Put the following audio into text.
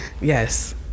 Yes